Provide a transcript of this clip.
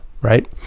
right